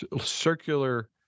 circular